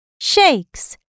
shakes